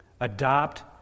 Adopt